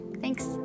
Thanks